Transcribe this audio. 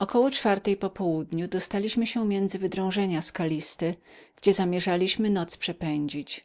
około czwartej po południu dostaliśmy się między wydrążenia skaliste gdzie zamierzaliśmy noc przepędzić